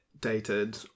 dated